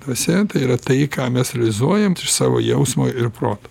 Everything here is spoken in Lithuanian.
dvasia yra tai ką mes realizuojam iš savo jausmo ir proto